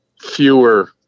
fewer